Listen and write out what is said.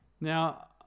Now